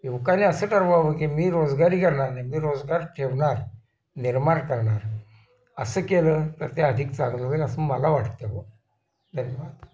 युवकांनी असं ठरवावं की मी रोजगारी करणार नाही मी रोजगार ठेवणार निर्माण करणार असं केलं तर ते अधिक चांगलं होईल असं मला वाटतं बुवा धन्यवाद